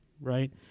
right